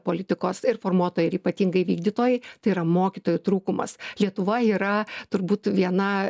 politikos ir formuotojai ir ypatingai vykdytojai tai yra mokytojų trūkumas lietuva yra turbūt viena